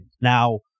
Now